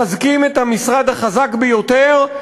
מחזקים את המשרד החזק ביותר,